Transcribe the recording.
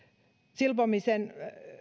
silpomisen